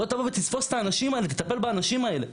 לא תבוא ותתפוס את האנשים האלה, תטפל באנשים האלה?